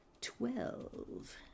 twelve